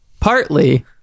partly